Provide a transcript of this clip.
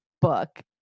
book